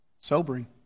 Sobering